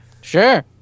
Sure